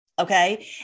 Okay